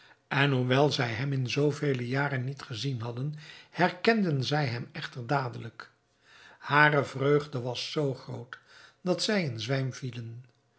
en hoewel zij hem in zoo vele jaren niet gezien hadden herkenden zij hem echter dadelijk hare vreugde was zoo groot dat zij